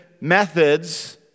methods